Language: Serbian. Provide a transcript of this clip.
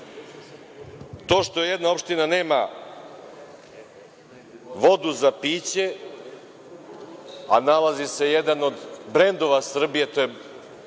to što jedna opština nema vodu za piće, a nalazi se jedan od brendova Srbije, to je